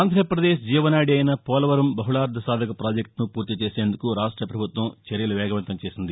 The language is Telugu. ఆంధ్రప్రదేశ్ జీవనాడి అయిన పోలవరం బహుళార్లసాధక పాజెక్లును ఫూర్తిచేసేందుకు రాష్ట పభుత్వం చర్యలు వేగవంతం చేసింది